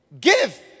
Give